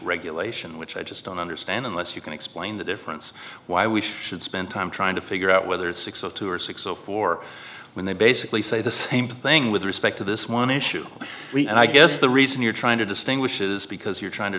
regulation which i just don't understand unless you can explain the difference why we should spend time trying to figure out whether it's six o two or six zero four when they basically say the same thing with respect to this one issue and i guess the reason you're trying to distinguish is because you're trying to